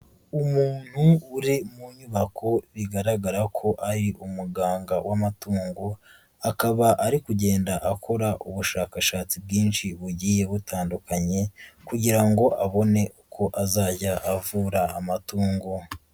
Umuntu uri mu nyubako bigaragara ko ari umuganga w'amatungo, akaba ari kugenda akora ubushakashatsi bwinshi bugiye butandukanye kugira ngo abone uko azajya avura amatungo.